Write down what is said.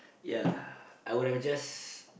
ya I would have just